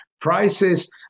prices